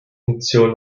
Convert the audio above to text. funktion